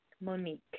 Monique